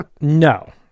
no